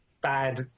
bad